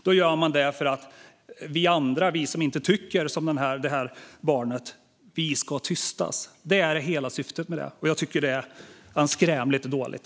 Man gör det för att vi andra, som inte tycker som det här barnet, ska tystas. Det är hela syftet med detta, och jag tycker att det är anskrämligt dåligt.